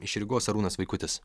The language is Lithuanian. iš rygos arūnas vaikutis